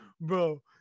bro